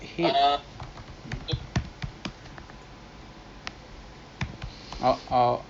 wait ah let me see ah apa lagi kita boleh buat dekat sana because it's only participating attractions so uh